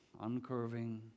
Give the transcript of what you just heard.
uncurving